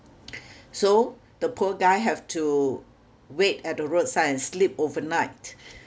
so the poor guy have to wait at the roadside and sleep overnight